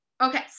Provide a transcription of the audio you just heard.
Okay